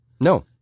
No